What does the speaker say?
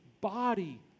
body